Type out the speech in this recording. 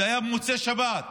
זה היה במוצאי שבת,